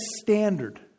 standard